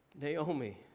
Naomi